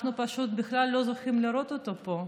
אנחנו פשוט בכלל לא זוכים לראות אותו פה.